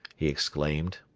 he exclaimed.